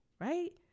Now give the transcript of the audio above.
Right